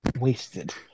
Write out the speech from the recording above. wasted